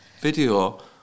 video